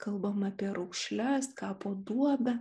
kalbama apie raukšles kapo duobę